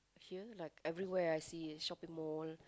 here like everywhere I see it's shopping mall